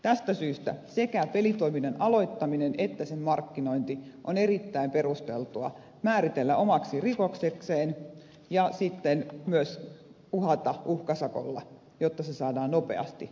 tästä syystä sekä pelitoiminnan aloittaminen että sen markkinointi on erittäin perusteltua määritellä omaksi rikoksekseen ja sitten myös uhata uhkasakolla jotta se saadaan nopeasti loppumaan